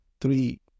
three